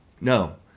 No